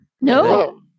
no